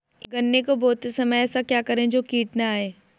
गन्ने को बोते समय ऐसा क्या करें जो कीट न आयें?